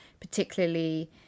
particularly